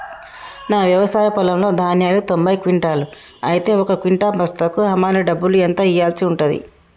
నా వ్యవసాయ పొలంలో ధాన్యాలు తొంభై క్వింటాలు అయితే ఒక క్వింటా బస్తాకు హమాలీ డబ్బులు ఎంత ఇయ్యాల్సి ఉంటది?